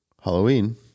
Halloween